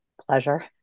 pleasure